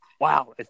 wow